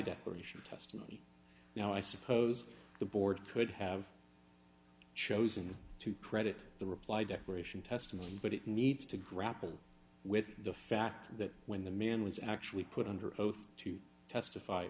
declaration testimony now i suppose the board could have chosen to credit the reply declaration testimony but it needs to grapple with the fact that when the man was actually put under oath to testify